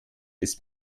ist